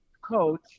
coach